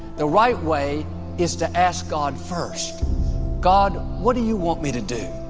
the right way is to ask god first god what do you want me to do?